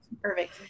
Perfect